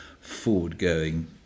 forward-going